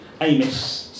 Amos